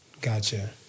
Gotcha